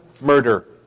murder